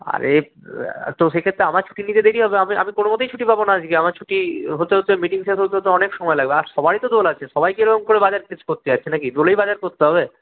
আরে তো সেক্ষেত্রে আমার ছুটি নিতে দেরি হবে আমি কোনও মতেই ছুটি পাব না আজকে আমি ছুটি হতে হতে মিটিং শেষ হতে হতে অনেক সময় লাগবে আর সবারই তো দোল আছে সবাই কি এমন করে বাজার করতে যাচ্ছে নাকি দোলেই বাজার করতে হবে